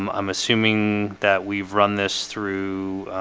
i'm assuming that we've run this through